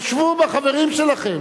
תתחשבו בחברים שלכם.